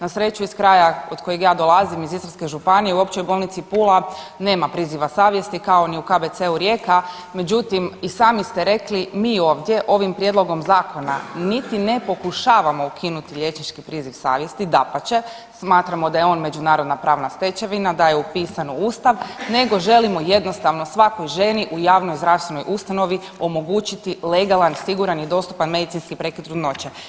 Na sreću iz kraja odakle ja dolazim iz Istarske županije U općoj bolnici Pula nema priziva savjesti kao ni u KBC-u Rijeka, međutim i sami ste rekli mi ovdje ovim prijedlogom zakona niti ne pokušavamo ukinuti liječnički priziv savjesti, dapače, smatramo da je on međunarodna pravna stečevina, da je upisan u ustav nego želimo jednostavno svakoj ženi u javnoj zdravstvenoj ustanovi omogućiti legalan, siguran i dostupan medicinski prekid trudnoće.